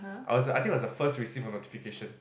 I was like I think I was the first to receive a notification